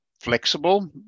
flexible